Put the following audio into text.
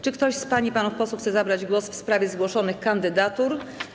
Czy ktoś z pań i panów posłów chce zabrać głos w sprawie zgłoszonych kandydatur?